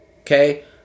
okay